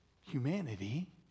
humanity